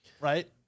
Right